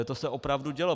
To se opravdu dělo.